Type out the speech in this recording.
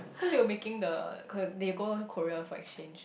cause they were making the K~ they go Korea for exchange